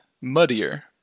muddier